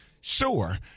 Sure